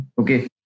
Okay